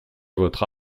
votre